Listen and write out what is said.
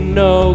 no